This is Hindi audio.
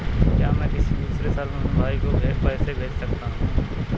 क्या मैं किसी दूसरे शहर में अपने भाई को पैसे भेज सकता हूँ?